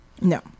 No